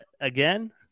again